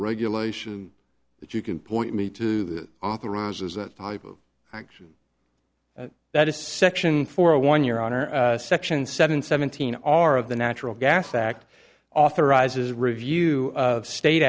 regulation that you can point me to authorize a type of action that a section for a one year on or section seven seventeen are of the natural gas act authorizes review of state